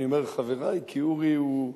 אני אומר חברי, כי אורי הוא,